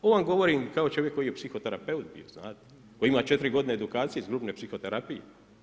Ovo vam govorim kao čovjek koji je psiho terapeut bio znate, koji ima četiri godine edukacije iz grupne psiho terapije.